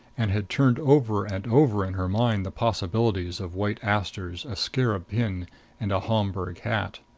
and had turned over and over in her mind the possibilities of white asters, a scarab pin and a homburg hat.